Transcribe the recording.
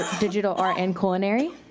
digital art, and culinary.